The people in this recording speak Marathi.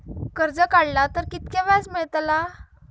कर्ज काडला तर कीतक्या व्याज मेळतला?